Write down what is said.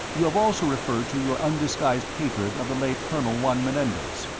you have also referred to your undisguised hatred of the late colonel juan menendez.